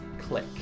click